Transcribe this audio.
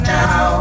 now